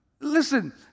Listen